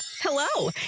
hello